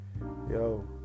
yo